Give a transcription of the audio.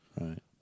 Right